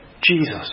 Jesus